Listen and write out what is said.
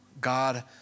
God